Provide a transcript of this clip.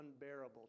unbearable